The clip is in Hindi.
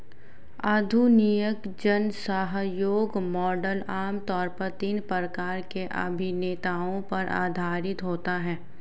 आधुनिक जनसहयोग मॉडल आम तौर पर तीन प्रकार के अभिनेताओं पर आधारित होता है